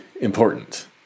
important